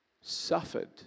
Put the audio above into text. suffered